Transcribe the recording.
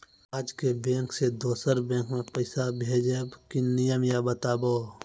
आजे के बैंक से दोसर बैंक मे पैसा भेज ब की नियम या बताबू?